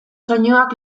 soinuak